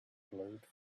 glowed